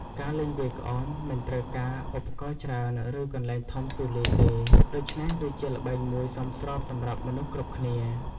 ការលេងវាយក្អមមិនត្រូវការឧបករណ៍ច្រើន ឬកន្លែងធំទូលាយទេ ដូច្នេះវាជាល្បែងមួយសមស្របសម្រាប់មនុស្សគ្រប់គ្នា។